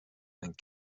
and